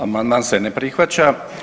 Amandman se ne prihvaća.